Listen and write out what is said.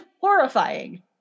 horrifying